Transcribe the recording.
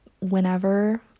whenever